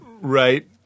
Right